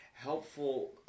Helpful